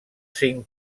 cinc